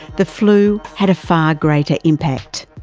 the flu had a far great ah impact.